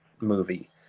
movie